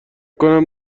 کنم